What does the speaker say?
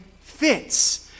fits